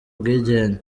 ubwigenge